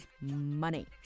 money